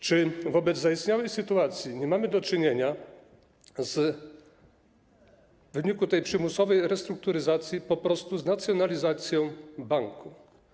Czy wobec zaistniałej sytuacji nie mamy do czynienia w wyniku tej przymusowej restrukturyzacji po prostu z nacjonalizacją banku?